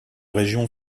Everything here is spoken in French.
région